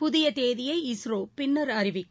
புதியதேதியை இஸ்ரோபின்னர் அறிவிக்கும்